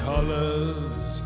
colors